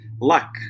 luck